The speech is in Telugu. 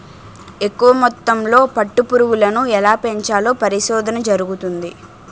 ఎక్కువ మొత్తంలో పట్టు పురుగులను ఎలా పెంచాలో పరిశోధన జరుగుతంది